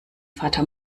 fata